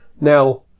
Now